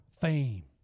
fame